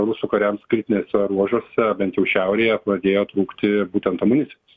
rusų kariams kritiniuose ruožuose bent jau šiaurėje pradėjo trūkti būtent amunicijos